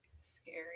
scary